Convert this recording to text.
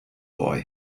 boy